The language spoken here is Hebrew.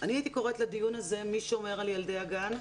אני הייתי קוראת לדיון הזה - מי שומר על ילדי הגן,